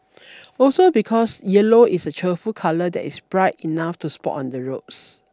also because yellow is a cheerful colour that is bright enough to spot on the roads